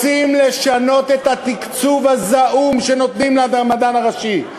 רוצים לשנות את התקצוב הזעום שנותנים למדען הראשי,